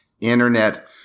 internet